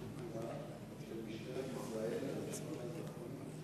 הוקמו מיזם "ברק לגיל הזהב" ותוכנית "קהילה